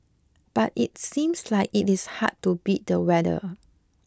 but it seems like it is hard to beat the weather